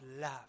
love